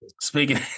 Speaking